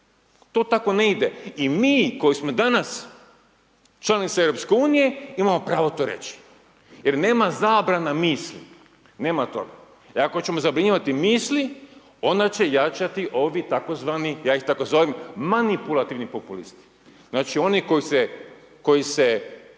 To tako ne ide i mi koji smo danas članica EU imamo pravo to reći jer nema zabrana misli, nema toga. Jer ako ćemo zabranjivati misli onda će jačati ovi tzv. ja ih tako zovem manipulativni populisti. Znači oni koji se